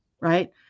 right